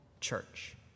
church